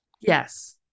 Yes